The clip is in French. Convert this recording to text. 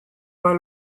pas